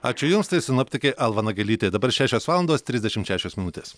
ačiū jums tai sinoptikė alva nagelytė dabar šešios valandos trisdešimt šešios minutės